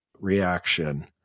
reaction